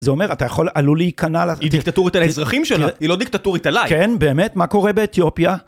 זה אומר, אתה יכול, עלול להיכנע לה. היא דיקטטורית על האזרחים שלה, היא לא דיקטטורית עליי. כן, באמת? מה קורה באתיופיה?